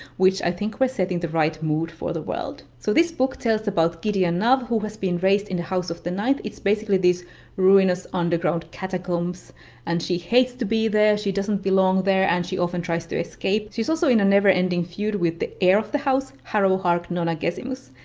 which i think were setting the right mood for the world. so this book tells about gideon nav who has been raised in the house of the ninth. it's basically these ruinous underground catacombs and she hates to be there, she doesn't belong there, and she often tries to escape. she's also in a never-ending feud with the heir of the house, harrowhark nonagesimus.